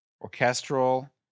orchestral